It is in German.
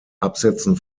absetzen